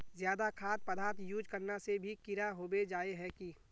ज्यादा खाद पदार्थ यूज करना से भी कीड़ा होबे जाए है की?